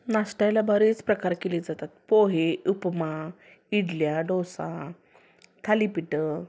नाष्ट्याला बरेच प्रकार केले जातात पोहे उपमा इडल्या डोसा थालीपीठं